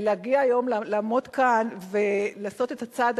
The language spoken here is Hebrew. להגיע היום לעמוד כאן ולעשות את הצעד